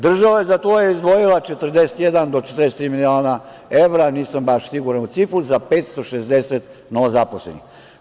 Država je za to izdvojila 41 do 43 miliona evra, nisam baš siguran u cifru, za 560 novozaposlenih.